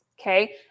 okay